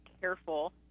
careful